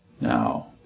Now